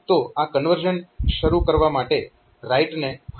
તો આ કન્વર્ઝન શરુ કરવા માટે રાઈટને હાય પલ્સ આપશે